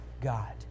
God